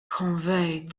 conveyed